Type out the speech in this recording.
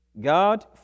God